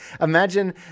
Imagine